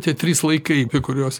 tie trys laikai kuriuos